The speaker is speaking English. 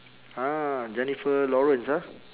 ah jennifer lawrence ah